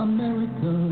America